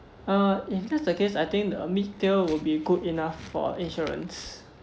uh if that's the case I think uh mid tier will be good enough for insurance